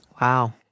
Wow